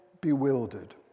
bewildered